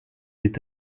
est